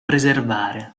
preservare